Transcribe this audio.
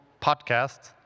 podcasts